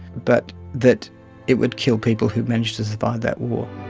but that it would kill people who managed to survive that war.